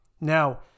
Now